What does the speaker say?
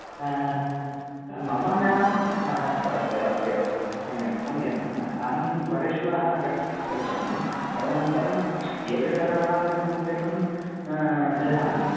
हा हा मम नाम् अस्तु अस्तु अस्तु एव सम्यक् सम्यक् हा अहं परश्वः गच्छामि तदनन्तरं एकशतवररूप्यकं ददामि